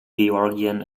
georgian